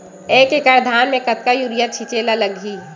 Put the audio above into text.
एक एकड़ धान में कतका यूरिया छिंचे ला लगही?